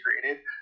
created